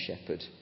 shepherd